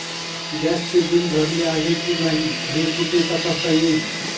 गॅसचे बिल भरले आहे की नाही हे कुठे तपासता येईल?